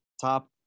Top